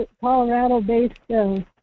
Colorado-based